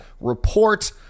report